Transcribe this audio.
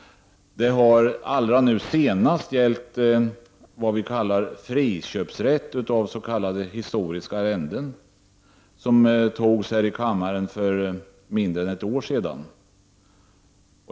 Det har allra senast gällt beslutet om friköpsrätt för s.k. historiska arrenden som fattades här i kammaren för mindre än ett år sedan.